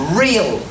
real